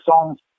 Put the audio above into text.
songs